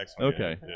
Okay